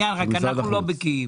תסביר כי אנחנו לא בקיאים.